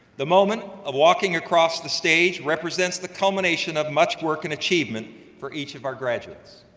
the moment of walking across the stage represents the culmination of much work and achievement for each of our graduates.